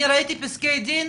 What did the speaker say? אני ראיתי פסקי דין,